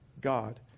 God